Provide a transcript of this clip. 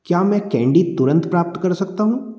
क्या मैं कैंडी तुरंत प्राप्त कर सकता हूँ